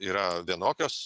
yra vienokios